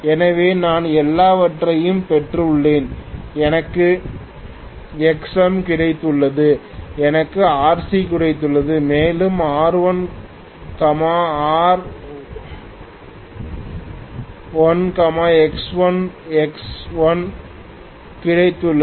எனவே நான் எல்லாவற்றையும் பெற்றுள்ளேன் எனக்கு Xm கிடைத்துள்ளது எனக்கு Rc கிடைத்துள்ளது மேலும் R1 R l X1 X l கிடைத்துள்ளன